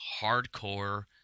hardcore